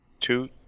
two